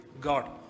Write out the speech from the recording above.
god